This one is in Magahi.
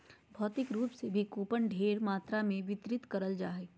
भौतिक रूप से भी कूपन ढेर मात्रा मे वितरित करल जा हय